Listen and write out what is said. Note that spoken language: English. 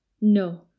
No